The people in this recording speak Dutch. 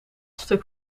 stuk